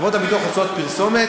חברות הביטוח עושות פרסומת,